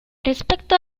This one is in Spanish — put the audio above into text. respecto